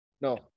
No